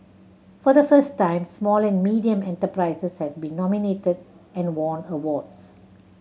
for the first time small and medium enterprises have been nominated and won awards